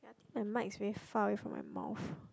and my experience far away from my mouth